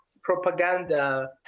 propaganda